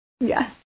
Yes